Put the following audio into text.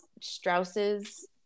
Strauss's